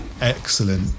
Excellent